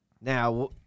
Now